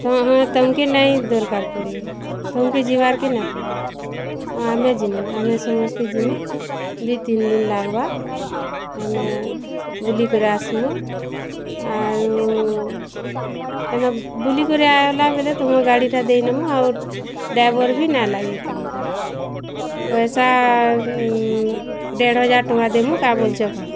ତମ୍କେ ନାଇ ଦର୍କାର୍ ପଡ଼େ ତମ୍କେ ଯିବାର୍କେ ନାଇ ପଡ଼େ ଆମେ ଯିମୁ ଆମେ ସମସ୍ତେ ଯିମୁ ଦି ତିନ୍ ଦିନ୍ ଲାଗ୍ବା ଆମେ ବୁଲିକରି ଆସ୍ମୁଁ ଆରୁ ଏନ୍ତା ବୁଲିକରି ଆଇଲା ବେଲେ ତୁମ ଗାଡ଼ିଟା ଦେଇଦମୁ ଆଉ ଡ଼୍ରାଇଭର୍ ନାଇ ଲାଗେ ତମକୁ ପଏସା ଦେଢ଼ହଜାର୍ ଟଙ୍କା ଦେବୁ କା ବୋଲୁଚ କହ